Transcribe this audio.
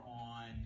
on